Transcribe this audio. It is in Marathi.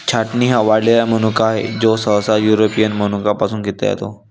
छाटणी हा वाळलेला मनुका आहे, जो सहसा युरोपियन मनुका पासून घेतला जातो